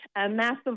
massive